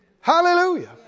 Hallelujah